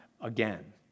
again